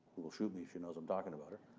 who will shoot me if she knows i'm talking about her,